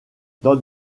dans